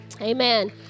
Amen